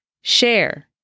Share